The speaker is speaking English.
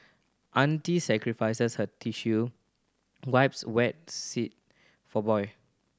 auntie sacrifices her tissue wipes wet seat for boy